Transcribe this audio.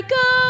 go